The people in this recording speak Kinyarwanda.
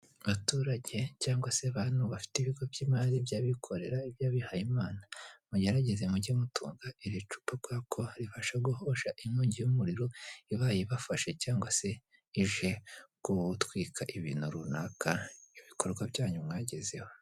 Abaturage cyangwa se abantu bafite ibigo by'imari, iby'abikorera, iby'abihaye Imana, mugerageze mujye mutunga iri cupa kubera ko rifasha guhosha inkongi y'umuriro ibaye ibafashe cyangwa se ije gutwika ibintu runaka, ibikorwa byanyu mwagezeho.